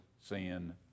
sin